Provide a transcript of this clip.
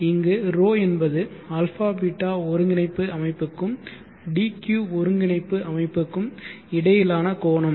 இங்கு 𝜌 என்பது α ß ஒருங்கிணைப்பு அமைப்புக்கும் dq ஒருங்கிணைப்பு அமைப்புக்கும் இடையிலான கோணம்